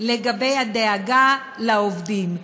לגבי הדאגה לעובדים.